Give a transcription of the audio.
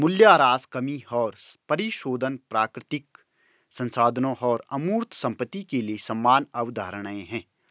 मूल्यह्रास कमी और परिशोधन प्राकृतिक संसाधनों और अमूर्त संपत्ति के लिए समान अवधारणाएं हैं